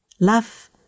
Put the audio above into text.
Love